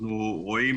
אנחנו רואים,